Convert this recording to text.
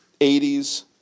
80s